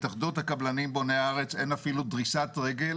התאחדות הקבלנים בוני הארץ אין אפילו דריסת רגל